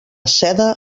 seda